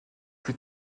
plus